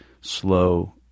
slow